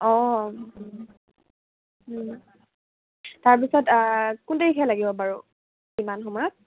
অঁ তাৰপিছত কোন তাৰিখে লাগিব বাৰু কিমান সময়ত